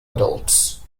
adults